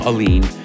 Aline